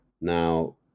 Now